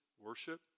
worship